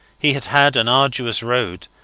he had had an arduous road,